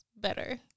better